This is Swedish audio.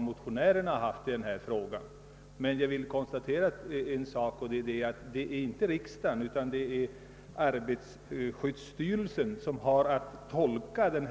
motionärerna i sak i denna fråga. Det är emellertid inte riksdagen utan arbetarskyddsstyrelsen som har att tolka lagen.